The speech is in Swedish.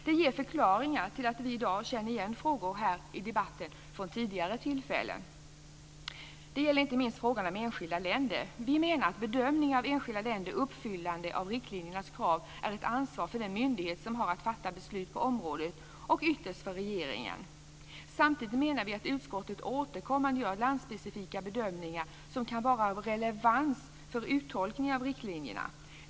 Det ger en förklaring till att vi känner igen frågorna i debatten här i dag från tidigare tillfällen. Det gäller inte minst frågan om enskilda länder. Vi menar att bedömningen av enskilda länders uppfyllande av riktlinjernas krav är ett ansvar för den myndighet som har att fatta beslut på området och ytterst för regeringen. Samtidigt menar vi att utskottet återkommande gör landsspecifika bedömningar som kan vara av relevans för uttolkningen av riktlinjerna.